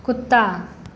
कुत्ता